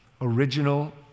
original